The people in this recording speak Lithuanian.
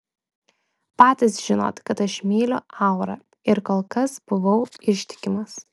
patys žinot kad aš myliu aurą ir kol kas buvau ištikimas